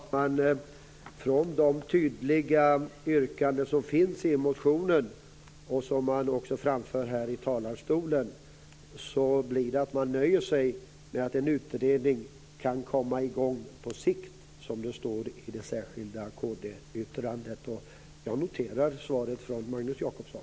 Fru talman! Jag konstaterar bara att från de tydliga yrkanden som finns i motionen, och som man också framför här i talarstolen, går man till att nöja sig med att en utredning kan "komma i gång på sikt", som det står i det särskilda kd-yttrandet. Jag noterar svaret från Magnus Jacobsson.